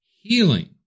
healing